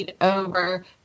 over